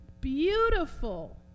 beautiful